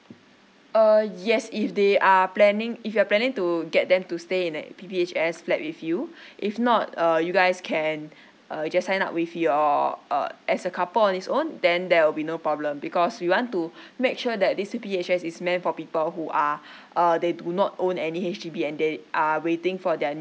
uh yes if they are planning if you're planning to get them to stay in the P_P_H_S flat with you if not uh you guys can uh just sign up with your uh as a couple on it's own then there will be no problem because we want to make sure that this P_P_H_S is meant for people who are uh they do not own any H_D_B and they are waiting for their